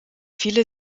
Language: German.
viele